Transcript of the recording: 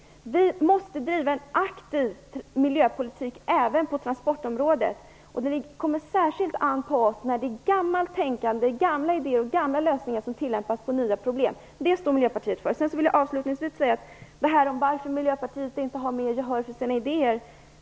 Vi måste bedriva en aktiv miljöpolitik även på transportområdet. Det ankommer särskilt på oss att reagera när gammalt tänkande och gamla lösningar tillämpas på nya problem. Den inställningen står Jag vill avslutningsvis ta upp frågan varför Miljöpartiet inte får mer gehör för sina idéer.